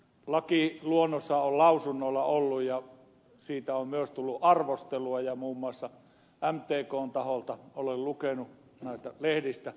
lakiluonnoshan on lausunnolla ollut ja siitä on myös tullut arvostelua ja muun muassa mtkn taholta olen lukenut näitä lehdistä